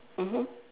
mmhmm